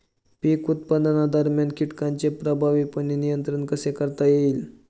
पीक उत्पादनादरम्यान कीटकांचे प्रभावीपणे नियंत्रण कसे करता येईल?